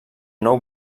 nou